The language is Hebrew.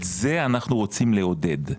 את זה אנחנו רוצים לעודד.